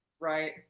Right